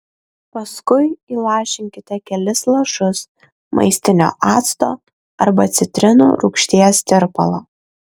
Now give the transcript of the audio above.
paskui įlašinkite kelis lašus maistinio acto arba citrinų rūgšties tirpalo